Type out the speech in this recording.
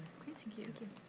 thank you.